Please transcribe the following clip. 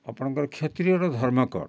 ଆପଣଙ୍କର କ୍ଷେତ୍ରୀୟର ଧର୍ମ କ'ଣ